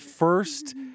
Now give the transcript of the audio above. first